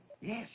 Yes